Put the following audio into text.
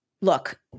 look